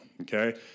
okay